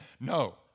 No